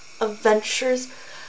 adventures